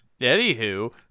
anywho-